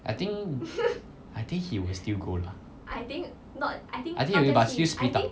I think I think he will still go lah I think he will but still split up